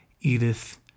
Edith